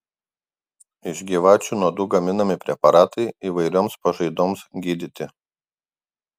iš gyvačių nuodų gaminami preparatai įvairioms pažaidoms gydyti